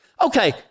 Okay